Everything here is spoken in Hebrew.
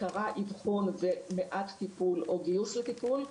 עיקרה אבחון ומעט טיפול או גיוס לטיפול.